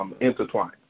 intertwined